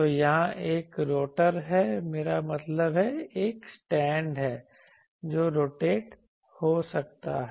तो यहाँ एक रोटर है मेरा मतलब है एक स्टैंड है जो रोटेट हो सकता है